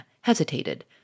hesitated